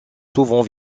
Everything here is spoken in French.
souvent